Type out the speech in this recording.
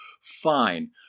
fine